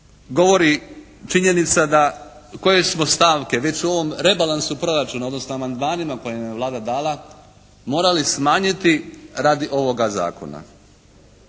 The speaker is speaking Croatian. govori činjenica koje smo stavke već u ovom rebalansu proračuna odnosno amandmanima koje nam je Vlada dala morali smanjiti radi ovoga zakona.